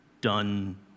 done